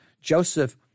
Joseph